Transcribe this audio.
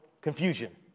confusion